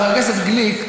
חבר הכנסת גליק,